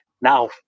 now